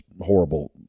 horrible